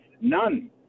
none